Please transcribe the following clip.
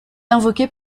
invoquée